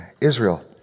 Israel